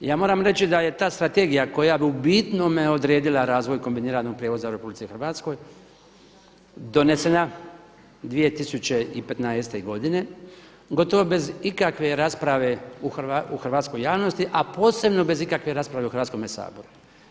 Ja moram reći da je ta strategija koja bi u bitnome odredila razvoj kombiniranog prijevoza u RH donesena 2015. godine, gotovo bez ikakve rasprave u hrvatskoj javnosti a posebno bez ikakve rasprave u Hrvatskome saboru.